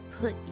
put